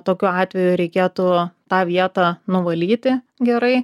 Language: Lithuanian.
tokiu atveju reikėtų tą vietą nuvalyti gerai